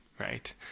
right